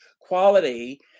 quality